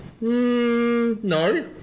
No